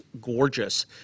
gorgeous